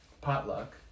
potluck